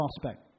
prospect